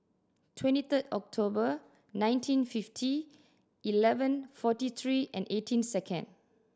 twenty third October nineteen fifty eleven forty three and eighteen second